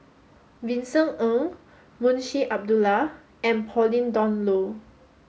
Vincent Ng Munshi Abdullah and Pauline Dawn Loh